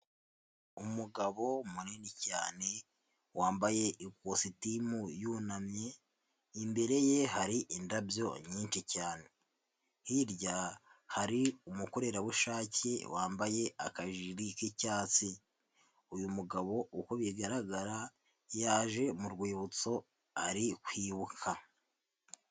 Umugabo munini cyane wambaye ikositimu yunamye, imbere ye hari indabyo nyinshi cyane Hirya hari umukorerabushake wambaye akajiri k'icyatsi, uyu mugabo uko bigaragara yaje mu rwibutso ari kwibuka.